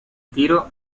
tiro